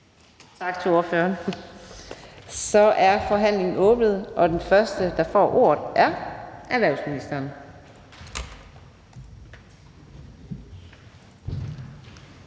Tak til ordføreren. Så er forhandlingen åbnet, og den første, der får ordet, er erhvervsministeren.